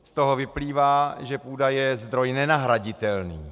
Z toho vyplývá, že půda je zdroj nenahraditelný.